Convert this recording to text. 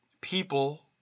people